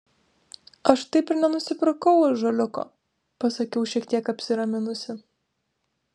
aš taip ir nenusipirkau ąžuoliuko pasakiau šiek tiek apsiraminusi